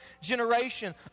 generation